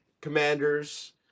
commanders